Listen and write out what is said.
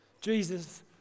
Jesus